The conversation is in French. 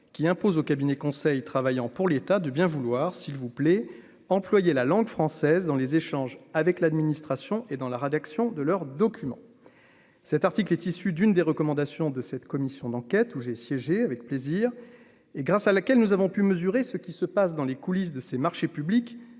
qui impose au cabinet conseil travaillant pour l'État, de bien vouloir, s'il vous plaît, employé la langue française dans les échanges avec l'administration et dans la rédaction de leurs documents, cet article est issu d'une des recommandations de cette commission d'enquête où j'ai siégé avec plaisir et grâce à laquelle nous avons pu mesurer ce qui se passe dans les coulisses de ces marchés publics